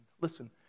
Listen